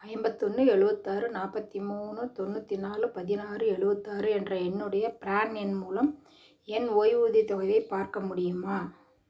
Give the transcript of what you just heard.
ஐம்பத்தொன்று எழுவத்தாறு நாற்பத்தி மூணு தொண்ணூற்றி நாலு பதினாறு எழுபத்தாறு என்ற என்னுடைய ப்ரான் எண் மூலம் என் ஓய்வூதியத் தொகையை பார்க்க முடியுமா